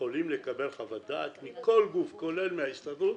יכולים לקבל חוות דעת מכל גוף, כולל מההסתדרות,